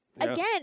again